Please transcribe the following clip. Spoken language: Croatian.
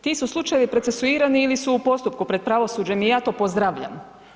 Ti su slučajevi procesuirani ili su u postupku pred pravosuđem i ja to pozdravljam.